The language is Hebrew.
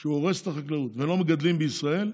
שהוא הורס את החקלאות ולא מגדלים בישראל,